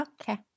Okay